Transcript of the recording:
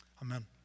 Amen